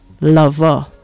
Lover